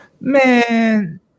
Man